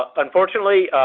ah unfortunately,